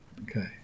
Okay